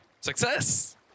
success